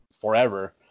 forever